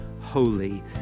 holy